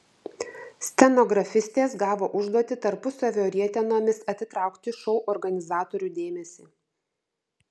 stenografistės gavo užduotį tarpusavio rietenomis atitraukti šou organizatorių dėmesį